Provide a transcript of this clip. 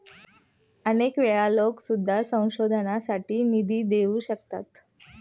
अनेक वेळा लोकं सुद्धा संशोधनासाठी निधी देऊ शकतात